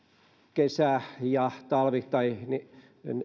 kesä ja talvi tai